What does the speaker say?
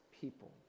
people